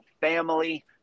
family